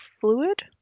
fluid